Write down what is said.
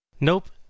Nope